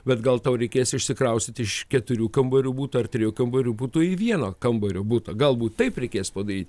bet gal tau reikės išsikraustyti iš keturių kambarių buto ar trijų kambarių buto į vieno kambario butą galbūt taip reikės padaryti